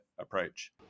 approach